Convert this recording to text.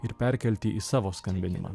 ir perkelti į savo skambinimą